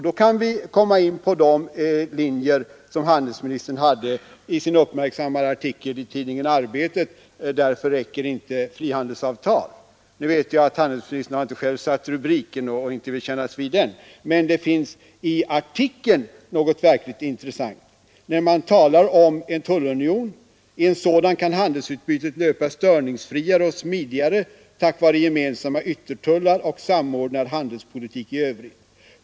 Då kan vi —— Jag vet att handelsministern inte själv har satt rubriken och därför inte Avtal med EEC, m.m. komma in på de linjer som handelsministern drog upp i sin uppmärk sammade artikel i tidningen Arbetet under rubriken ”Därför räcker inte vill kännas vid den, men i artikeln finns något verkligt intressant när handelsministern talar om en tullunion: ”I en sådan kan handelsutbytet löpa störningsfriare och smidigare tack vare gemensamma yttertullar och samordnad handelspolitik i övrigt.